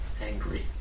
angry